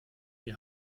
wir